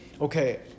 Okay